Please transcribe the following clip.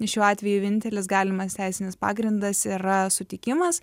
šiuo atveju vienintelis galimas teisinis pagrindas yra sutikimas